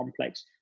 complex